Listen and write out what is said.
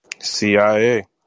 CIA